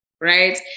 right